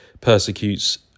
persecutes